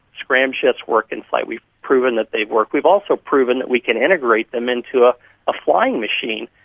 scramjets work in flight. we've proven that they work. we've also proven that we can integrate them into a ah flying machine,